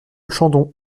chandon